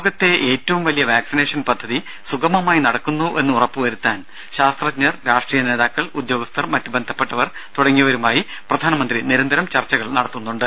ലോകത്തെ ഏറ്റവും വലിയ വാക്സിനേഷൻ പദ്ധതി സുഗമമായി നടക്കുന്നുവെന്ന് ഉറപ്പുവരുത്താൻ ശാസ്ത്രജ്ഞർ രാഷ്ട്രീയ നേതാക്കൾ ഉദ്യോഗസ്ഥർ മറ്റ് ബന്ധപ്പെട്ടവർ തുടങ്ങിയവരുമായി പ്രധാനമന്ത്രി നിരന്തരം ചർച്ചകൾ നടത്തുന്നുണ്ട്